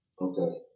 Okay